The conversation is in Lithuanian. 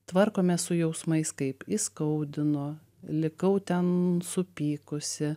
tvarkomės su jausmais kaip įskaudino likau ten supykusi